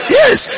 yes